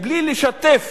מבלי לשתף